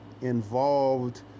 involved